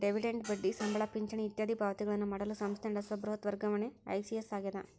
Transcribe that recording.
dividend ಬಡ್ಡಿ ಸಂಬಳ ಪಿಂಚಣಿ ಇತ್ಯಾದಿ ಪಾವತಿಗಳನ್ನು ಮಾಡಲು ಸಂಸ್ಥೆ ನಡೆಸುವ ಬೃಹತ್ ವರ್ಗಾವಣೆ ಇ.ಸಿ.ಎಸ್ ಆಗ್ಯದ